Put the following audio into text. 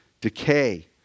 decay